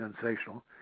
sensational